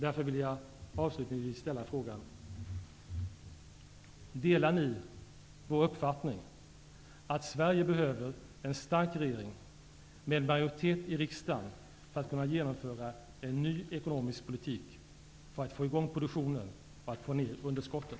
Därför vill jag avslutningsvis ställa frågan: Delar ni vår uppfattningeatt Sverige behöver en stark regering med en majoritet i riksdagen för att kunna genomföra en ny ekonomisk politik för att få i gång produktionen och få ner underskotten?